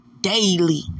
daily